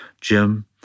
Jim